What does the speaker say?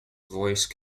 voice